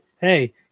hey